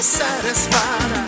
satisfied